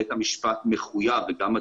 בית המשפט מחויב, וגם התביעה,